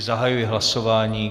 Zahajuji hlasování.